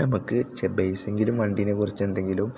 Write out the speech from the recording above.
നമുക്ക് ബേസെങ്കിലും വണ്ടീനെ കുറിച്ചെന്തെങ്കിലും